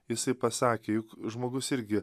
jisai pasakė juk žmogus irgi